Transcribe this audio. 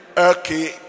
Okay